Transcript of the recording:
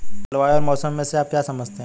जलवायु और मौसम से आप क्या समझते हैं?